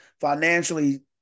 Financially